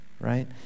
Right